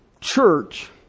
church